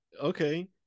Okay